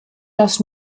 dass